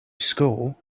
score